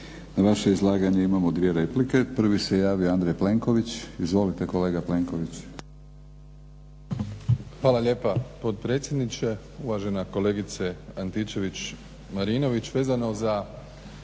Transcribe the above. Na vaše izlaganje imamo 2 replike. Prvi se javio Andrej Plenković. Izvolite kolega Plenković. **Plenković, Andrej (HDZ)** Hvala lijepa potpredsjedniče. Uvažena kolegice Antičević-Marinović vezano za